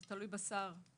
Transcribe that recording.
זה תלוי בשר.